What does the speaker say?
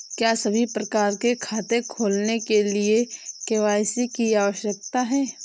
क्या सभी प्रकार के खाते खोलने के लिए के.वाई.सी आवश्यक है?